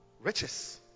Riches